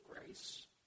grace